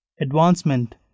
advancement